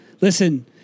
Listen